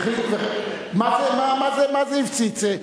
מה זה הפציץ?